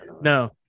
No